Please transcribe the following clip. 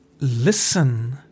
listen